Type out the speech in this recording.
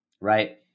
Right